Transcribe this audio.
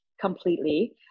completely